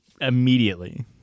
immediately